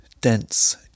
dense